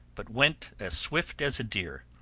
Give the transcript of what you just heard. but went as swift as a deer.